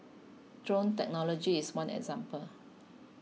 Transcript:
drone technology is one example